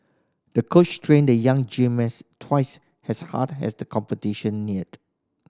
the coach trained the young twice as hard as the competition neared